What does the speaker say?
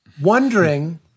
Wondering